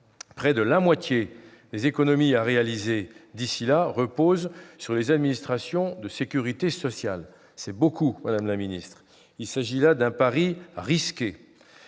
près de la moitié des économies à réaliser d'ici à 2022 reposent sur les administrations de sécurité sociale. C'est beaucoup, madame la ministre ! Il s'agit d'un pari risqué.